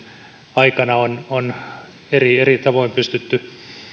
aikana on on eri eri tavoin pystytty